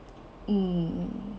mm